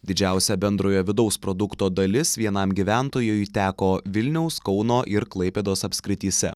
didžiausia bendrojo vidaus produkto dalis vienam gyventojui teko vilniaus kauno ir klaipėdos apskrityse